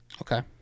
Okay